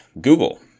Google